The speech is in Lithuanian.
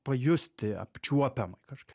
pajusti apčiuopiamai kažką